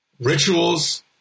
rituals